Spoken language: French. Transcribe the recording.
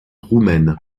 roumaine